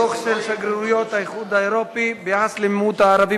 דוח של שגרירויות האיחוד האירופי בנוגע למיעוט הערבי